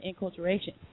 enculturation